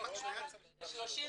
30 וקצת,